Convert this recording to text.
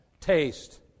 taste